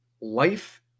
Life